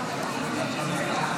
בבקשה.